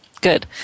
good